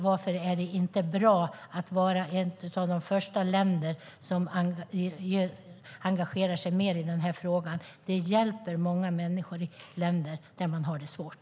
Varför är det inte bra att vara ett av de första länderna som engagerar sig mer i den här frågan? Det hjälper många människor i länder där man har det svårt.